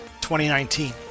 2019